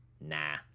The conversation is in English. nah